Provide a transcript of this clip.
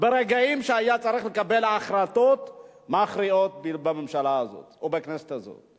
ברגעים שהיה צריך לקבל החלטות מכריעות בממשלה הזאת ובכנסת הזאת.